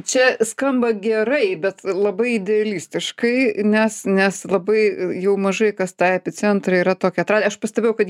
čia skamba gerai bet labai idealistiškai nes nes labai jau mažai kas tą epicentrą yra tokį atradę aš pastebėjau kad